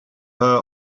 her